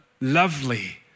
lovely